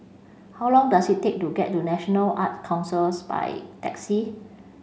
how long does it take to get to National Art Council by taxi